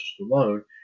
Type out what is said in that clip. Stallone